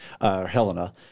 Helena